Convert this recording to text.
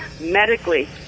medically